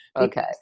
Okay